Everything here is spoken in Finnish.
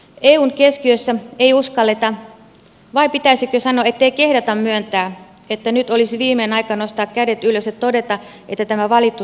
eun keskiössä ei uskalleta vai pitäisikö sanoa ettei kehdata myöntää että nyt olisi viimein aika nostaa kädet ylös ja todeta että tämä valittu tie ei toimi